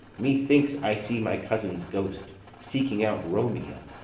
methinks i see my cousin's ghost seeking out romeo,